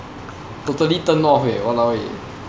totally turn off eh !walao! eh